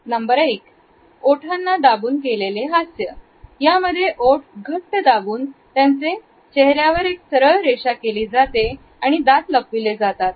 ओठांना दाबून केलेले हास्य यामध्ये ओठ घट्ट दाबून त्याचे चेहऱ्यावर एक सरळ रेषा केली जाते आणि दात लपविले जातात